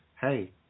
hey